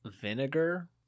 vinegar